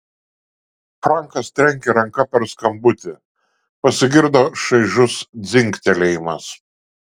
frankas trenkė ranka per skambutį pasigirdo šaižus dzingtelėjimas